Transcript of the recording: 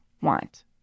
want